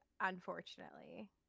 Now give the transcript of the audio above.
unfortunately